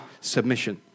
submission